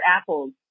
Apples